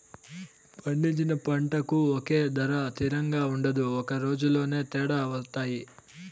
పండించిన పంటకు ఒకే ధర తిరంగా ఉండదు ఒక రోజులోనే తేడా వత్తాయి